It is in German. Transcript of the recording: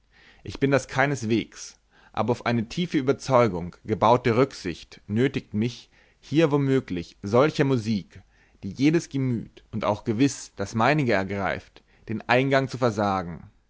ich bin das keineswegs aber eine auf tiefe überzeugung gebaute rücksicht nötigt mich hier womöglich solcher musik die jedes gemüt und auch gewiß das meinige ergreift den eingang zu versagen